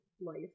life